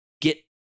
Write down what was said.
get